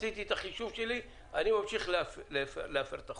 עשיתי את החישוב שלי, ואני ממשיך להפר את החוק.